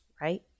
right